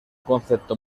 concepto